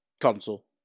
console